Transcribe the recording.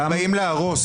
אתם באים להרוס.